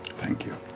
thank you.